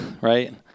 Right